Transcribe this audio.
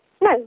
No